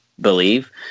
believe